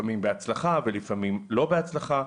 לפעמים בהצלחה ולפעמים לא בהצלחה.